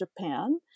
Japan